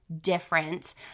different